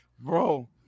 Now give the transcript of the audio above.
bro